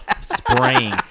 spraying